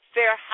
Fair